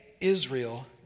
Israel